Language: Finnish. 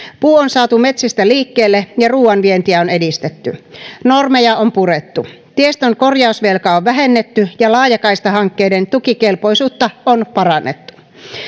puu on saatu metsistä liikkeelle ja ruuan vientiä on edistetty normeja on purettu tiestön korjausvelkaa on vähennetty ja laajakaistahankkeiden tukikelpoisuutta on parannettu